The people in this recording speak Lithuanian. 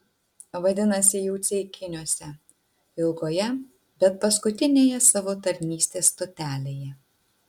vadinasi jau ceikiniuose ilgoje bet paskutinėje savo tarnystės stotelėje